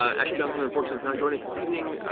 ashley johnson unfortunately cannot join us this evening.